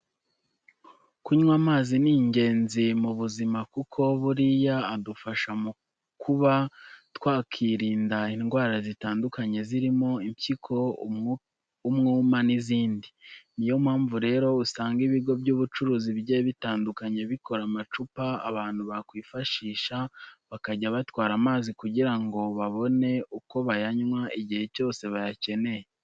Kunywa amazi ni ingenzi mu buzima kuko buriya adufasha mu kuba twakirinda indwara zitandukanye zirimo impyiko, umwuma n'izindi. Ni yo mpamvu rero usanga ibigo by'ubucuruzi bigiye bitandukanye bikora amacupa abantu bakwifashisha, bakajya batwara amazi kugira ngo babone uko bayanywa igihe cyose bayakenereye.